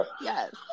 Yes